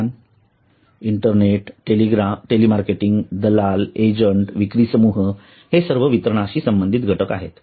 ठिकाण internet telemarketing दलाल agent विक्री समूह हे सर्व वितरणाशी संबंधित घटक आहेत